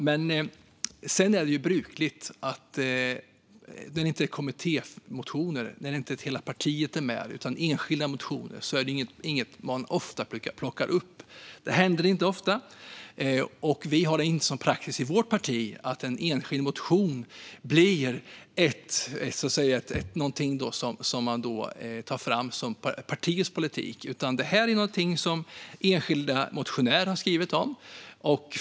Sedan är det brukligt när det handlar om enskilda motioner, och inte kommittémotioner, att partierna inte plockar upp det som står i dem. Det händer inte ofta att partierna plockar upp sådant. Vi har det inte som praxis i vårt parti att något som står i en enskild motion blir partiets politik. Detta är någonting som en enskild motionär har skrivit om.